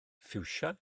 ffiwsia